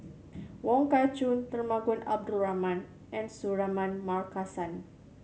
Wong Kah Chun Temenggong Abdul Rahman and Suratman Markasan